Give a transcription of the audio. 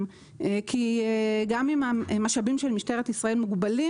כי גם אם המשאבים של משטרת ישראל מוגבלים,